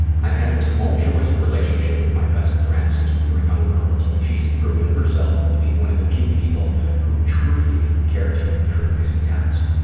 i've had a tumultuous relationship with my best friend since we were young girls, but she has proven herself to be one of the few people who truly cares for me, truly is in caps.